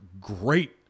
great